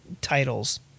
titles